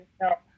no